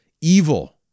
evil